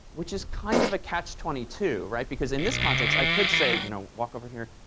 which is kind of a catch twenty two, right? because in this context i could say, you know, walk over here,